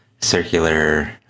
circular